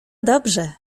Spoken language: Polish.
dobrze